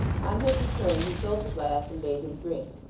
on his return he filled the glass, and bade him drink.